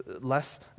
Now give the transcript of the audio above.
less